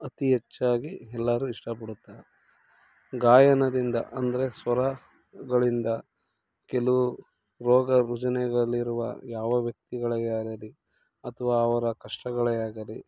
ಅತಿ ಹೆಚ್ಚಾಗಿ ಎಲ್ಲರೂ ಇಷ್ಟಪಡುತ್ತಾರೆ ಗಾಯನದಿಂದ ಅಂದರೆ ಸ್ವರಗಳಿಂದ ಕೆಲವು ರೋಗ ರುಜಿನಗಳಲ್ಲಿರುವ ಯಾವ ವ್ಯಕ್ತಿಗಳಿಗೆ ಆಗಲಿ ಅಥ್ವಾ ಅವರ ಕಷ್ಟಗಳೇ ಆಗಲಿ